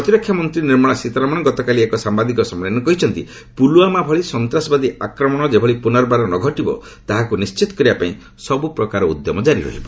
ପ୍ରତିରକ୍ଷା ମନ୍ତ୍ରୀ ନିର୍ମଳା ସୀତାରମଣ ଗତକାଲି ଏକ ସାମ୍ବାଦିକ ସମ୍ମିଳନୀରେ କହିଛନ୍ତି ପୁଲଓ୍ୱାମା ଭଳି ସନ୍ତାସବାଦୀ ଆକ୍ରମଣ ଯେଭଳି ପୁନର୍ବାର ନଘଟିବ ତାହାକୁ ନିଣ୍ଚିତ କରିବା ପାଇଁ ସବ୍ ପ୍ରକାର ଉଦ୍ୟମ ଜାରି ରହିବ